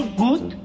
good